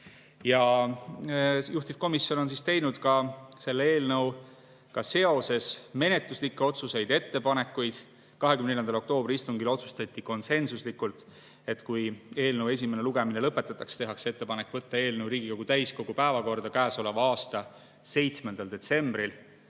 Juhtivkomisjon on teinud selle eelnõuga seoses menetluslikke otsuseid ja ettepanekuid. 24. oktoobri istungil otsustati konsensuslikult, et kui eelnõu esimene lugemine lõpetatakse, tehakse ettepanek võtta eelnõu Riigikogu täiskogu päevakorda käesoleva aasta 7. detsembriks,